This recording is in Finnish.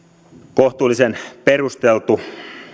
kohtuullisen perusteltu